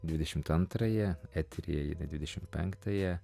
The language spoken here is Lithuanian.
dvidešimt antrąją etery jinai dvidešimt penktąją